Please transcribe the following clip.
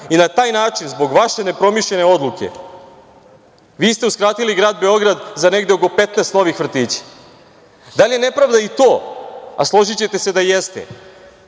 i na taj način, zbog vaše nepromišljene odluke, vi ste uskratili grad Beograd za negde oko 15 novih vrtića? Da li je nepravda i to, ali složićete se da jeste,